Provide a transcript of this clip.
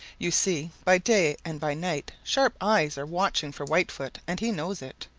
you see, by day and by night sharp eyes are watching for whitefoot and he knows it.